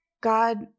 God